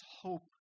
hope